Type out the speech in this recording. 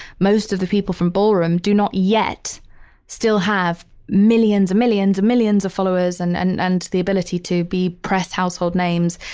most of the people from ballroom do not yet still have millions and millions and millions of followers and and and the ability to be press household names.